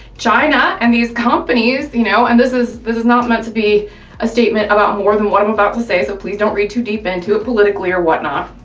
china and these companies, you know, and this is this is not meant to be a statement about more than what i'm about to say, so please don't read too deep into it politically or whatnot,